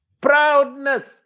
Proudness